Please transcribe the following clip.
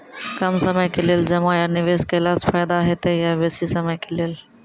कम समय के लेल जमा या निवेश केलासॅ फायदा हेते या बेसी समय के लेल?